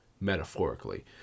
metaphorically